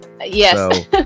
Yes